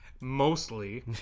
mostly